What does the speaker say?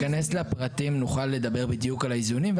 כשניכנס לפרטים נוכל לדבר בדיוק על האיזונים.